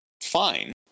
Fine